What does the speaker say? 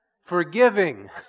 Forgiving